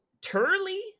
Turley